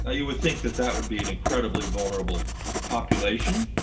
ah you would think that that would be an incredibly vulnerable population,